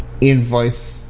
invoice